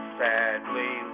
sadly